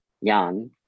young